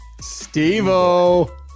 Steve-o